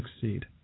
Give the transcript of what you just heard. succeed